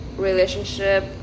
relationship